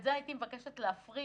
את זה הייתי מבקשת להפריד,